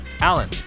alan